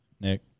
Nick